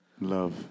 love